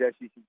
SEC